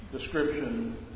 description